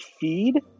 feed